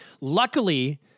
Luckily